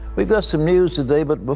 we've got some news today. but but